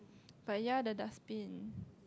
but ya the dustbin